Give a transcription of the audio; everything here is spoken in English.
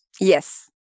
Yes